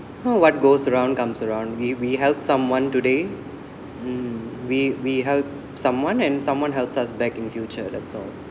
know what goes around comes around we we help someone today mm we we help someone and someone helps us back in future that's all